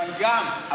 אבל גם.